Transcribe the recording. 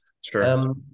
Sure